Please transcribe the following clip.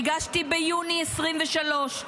שהגשתי ביוני 2023,